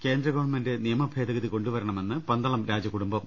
കേന്ദ്രഗവൺമെന്റ് നിയമഭേദഗതി കൊണ്ടുവരണമെന്ന് പന്തളം രാജകുടുംബം